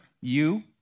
you